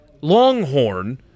Longhorn